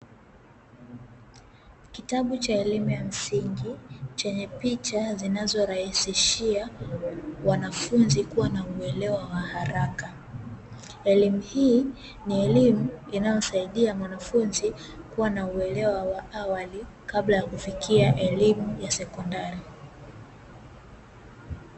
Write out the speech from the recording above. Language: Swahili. Kitabu cha elimu ya msingi chenye picha zinazorahisishia wanafunzi kuwa na uelewa wa haraka. Elimu hii ni elimu inaomsaidia mwanafunzi kuwa na uelewa wa awali, kabla ya kufikia elimu ya sekondari.